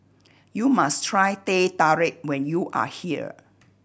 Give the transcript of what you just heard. you must try Teh Tarik when you are here